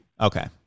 Okay